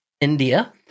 India